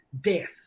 death